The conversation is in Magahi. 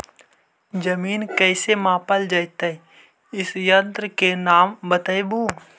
जमीन कैसे मापल जयतय इस यन्त्र के नाम बतयबु?